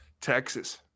Texas